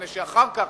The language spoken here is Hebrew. מפני שאחר כך,